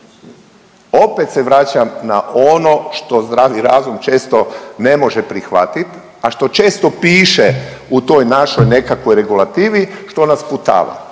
Opet se vraćam na ono što zdravi razum često ne može prihvatiti, a što često piše u toj našoj nekakvoj regulativi što nas sputava.